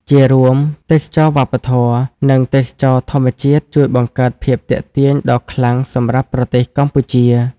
ជារួម ទេសចរណ៍វប្បធម៌ និងទេសចរណ៍ធម្មជាតិជួយបង្កើតភាពទាក់ទាញដ៏ខ្លាំងសម្រាប់ប្រទេសកម្ពុជា។